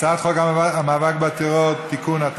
הצעת חוק המאבק בטרור (תיקון),